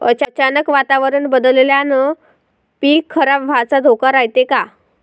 अचानक वातावरण बदलल्यानं पीक खराब व्हाचा धोका रायते का?